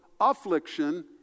affliction